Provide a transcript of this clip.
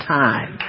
time